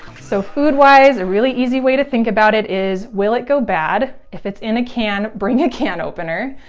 so food wise, a really easy way to think about it is, will it go bad? if it's in a can, bring a can opener.